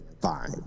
fine